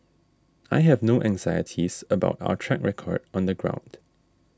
I have no anxieties about our track record on the ground